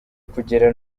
kugera